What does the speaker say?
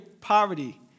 poverty